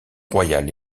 royales